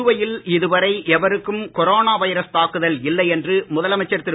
புதுவையில் இதுவரை எவருக்கும் கொரோனா வைரஸ் தாக்குதல் இல்லை முதலமைச்சர் திரு